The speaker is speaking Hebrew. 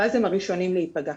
ואז הם הראשונים להיפגע.